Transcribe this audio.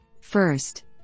First